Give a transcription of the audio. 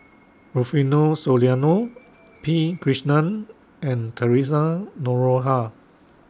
Rufino Soliano P Krishnan and Theresa Noronha